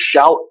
shout